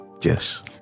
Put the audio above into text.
Yes